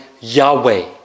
Yahweh